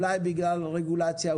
אולי בגלל רגולציה,